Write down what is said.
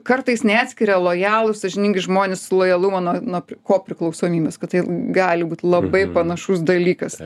kartais neatskiria lojalūs sąžiningi žmonės lojalumo nuo nuo kopriklausomybės kad tai gali būt labai panašus dalykas